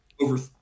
over